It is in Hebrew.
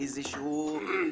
בזה שהוא נאמן.